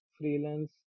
freelance